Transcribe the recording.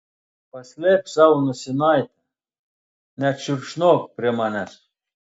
paslėpk savo nosinaitę nešniurkščiok prie manęs